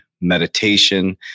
meditation